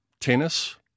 tennis